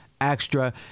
extra